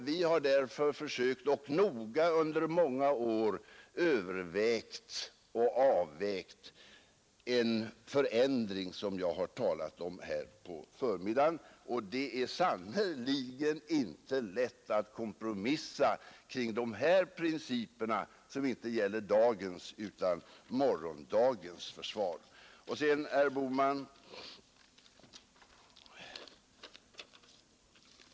Vi har därför under många år försökt att noga överväga och avväga en förändring, som jag har talat om här på förmiddagen. Det är sannerligen inte lätt att kompromissa kring dessa principer, som inte gäller dagens utan morgondagens försvar.